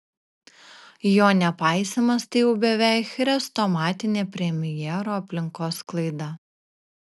jo nepaisymas tai jau beveik chrestomatinė premjero aplinkos klaida